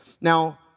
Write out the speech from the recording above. Now